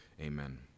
amen